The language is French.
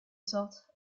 sorte